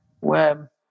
web